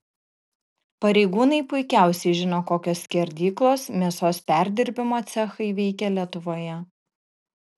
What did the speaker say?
pareigūnai puikiausiai žino kokios skerdyklos mėsos perdirbimo cechai veikia lietuvoje